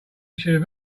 should